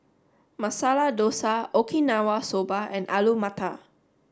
Masala Dosa Okinawa Soba and Alu Matar